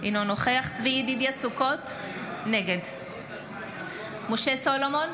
אינו נוכח צבי ידידיה סוכות, נגד משה סולומון,